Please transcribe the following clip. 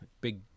big